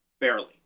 barely